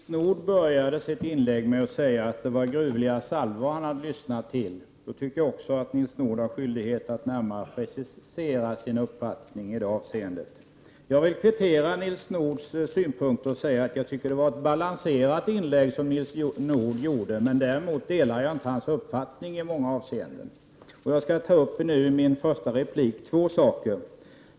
Fru talman! Nils Nordh började sitt inlägg med att säga att han hade lyssnat till gruvliga salvor. Jag tycker då att Nils Nordh har skyldighet att närmare precisera sin uppfattning i det avseendet. Jag vill kvittera Nils Nordhs synpunkt och säga att jag tycker att det var ett balanserat inlägg som Nils Nordh gjorde. Däremot delar jag inte hans uppfattning i många avseenden. Jag skall här ta upp två saker.